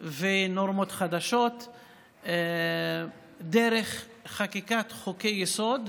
ונורמות חדשות דרך חקיקת חוקי-יסוד.